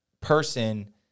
person